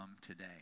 today